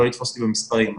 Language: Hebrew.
לא לתפוס אותי במספרים,